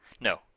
No